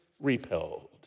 repelled